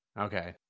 okay